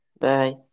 Bye